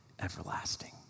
everlasting